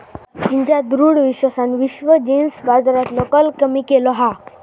चीनच्या दृढ विश्वासान विश्व जींस बाजारातलो कल कमी केलो हा